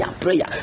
prayer